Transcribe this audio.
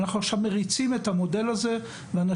אנחנו עכשיו מריצים את המודל הזה ואנשים